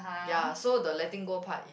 ya so the letting go part it